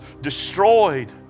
destroyed